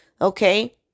okay